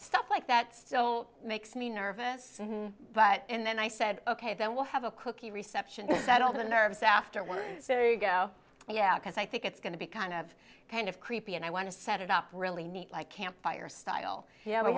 stuff like that still makes me nervous but then i said ok then we'll have a cookie reception that all the nerves after one go yeah because i think it's going to be kind of kind of creepy and i want to set it up really neat like campfire